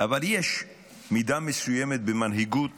אבל יש מידה מסוימת במנהיגות